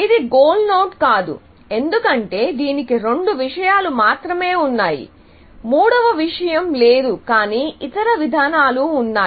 ఇది goal node కాదు ఎందుకంటే దీనికి రెండు విషయాలు మాత్రమే ఉన్నాయి మూడవ విషయం లేదు కానీ ఇతర విధానాలు ఉన్నాయి